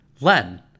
Len